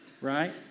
right